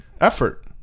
effort